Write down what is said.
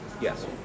Yes